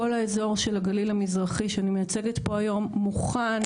כל האזור של הגליל המזרחי שאני מייצגת פה היום מוכן,